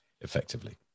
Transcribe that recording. effectively